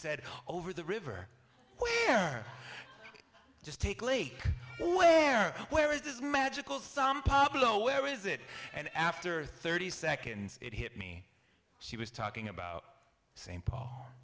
said over the river just take lake where where is this magical some popular where is it and after thirty seconds it hit me she was talking about s